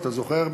אתה זוכר,